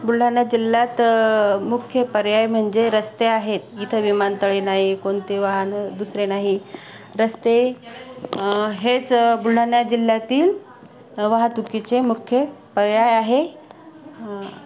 बुलढाणा जिल्ह्यात मुख्य पर्याय म्हणजे रस्ते आहेत इथे विमानतळ नाही कोणते वाहन दुसरे नाही रस्ते हेच बुलढाणा जिल्ह्यातील वाहतुकीचे मुख्य पर्याय आहे